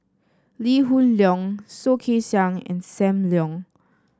Lee Hoon Leong Soh Kay Siang and Sam Leong